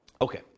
Okay